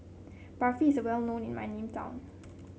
Barfi is well known in my name town